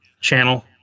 channel